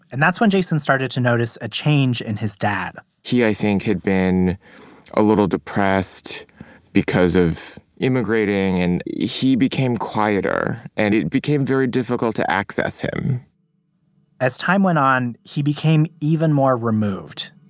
and that's when jason started to notice a change in his dad he, i think, had been a little depressed because of immigrating. and he became quieter, and it became very difficult to access him as time went on, he became even more removed.